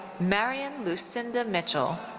marian lucinda mitchell.